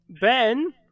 Ben